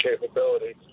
capability